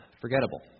forgettable